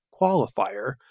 qualifier